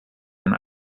kan